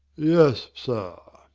yes, sir.